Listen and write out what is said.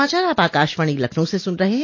यह समाचार आप आकाशवाणी लखनऊ से सुन रहे हैं